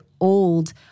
old